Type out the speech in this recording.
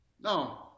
No